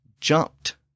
jumped